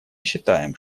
считаем